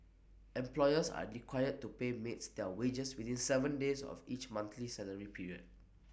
employers are required to pay maids their wages within Seven days of each monthly salary period